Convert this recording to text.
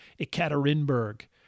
Ekaterinburg